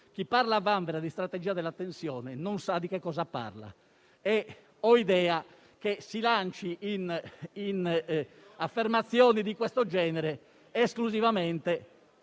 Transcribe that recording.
poco cortese - di strategia della tensione non sa di che cosa parla e ho idea che si lanci in affermazioni di questo genere soltanto